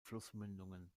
flussmündungen